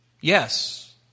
Yes